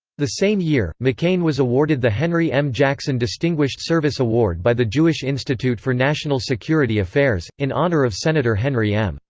the same year, mccain was awarded the henry m. jackson distinguished service award by the jewish institute for national security affairs, in honor of senator henry m.